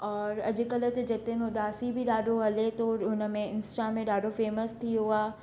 और अॼकल्ह त जतिन उदासी बि ॾाढो हले थो हुन में इंस्टा में ॾाढो फेमस थी वियो आहे